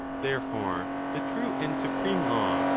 therefore, the true and supreme law,